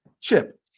Chip